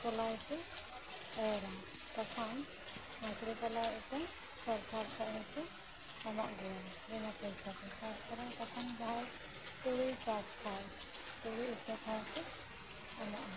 ᱠᱚᱞᱟᱭ ᱠᱚ ᱮᱨᱟ ᱛᱚᱠᱷᱚᱱ ᱢᱟ ᱥᱨᱤ ᱠᱚᱞᱟᱭ ᱤᱛᱟᱹ ᱥᱚᱨᱠᱟᱨ ᱠᱷᱚᱡ ᱦᱚᱸᱠᱚ ᱮᱢᱚᱜ ᱜᱮᱭᱟ ᱵᱤᱱᱟᱹ ᱯᱚᱭᱥᱟᱛᱮ ᱛᱟᱨ ᱯᱚᱨᱮ ᱛᱚᱠᱷᱚᱱ ᱱᱚᱜᱼᱚᱭ ᱛᱩᱲᱤ ᱪᱟᱥ ᱠᱚᱦᱚᱸ ᱛᱩᱲᱤ ᱤᱛᱟᱹ ᱠᱚᱦᱚᱸ ᱠᱚ ᱮᱢᱚᱜᱼᱟ